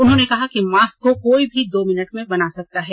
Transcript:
उन्होंने कहा कि मास्क को कोई भी दो मिनट में बना सकता है